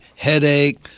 headache